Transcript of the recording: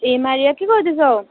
ए Maria के गर्दैछौ